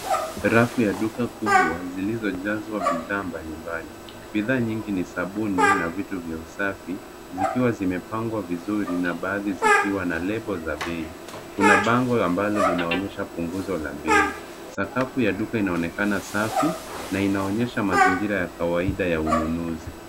Rafu ya duka kubwa, zilizojazwa bidhaa mbalimbali. Bidhaa nyingi ni sabuni na vitu vya usafi, zikiwa zimepangwa vizuri na baadhi zikiwa na lebo za bei. Kuna bango ambalo linaonyesha punguzo la bei. Sakafu ya duka inaonekana safi na inaonyesha mazingira ya kawaida ya ununuzi.